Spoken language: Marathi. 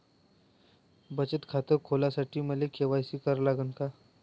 बचत खात खोलासाठी मले के.वाय.सी करा लागन का?